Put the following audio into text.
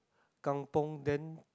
kampung then